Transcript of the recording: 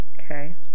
Okay